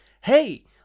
hey